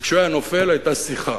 כשהוא היה נופל היתה שיחה.